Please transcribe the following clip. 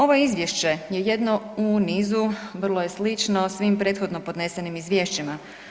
Ovo izvješće je jedno u nizu, vrlo je slično svim prethodno podnesenim izvješćima.